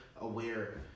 aware